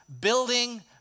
building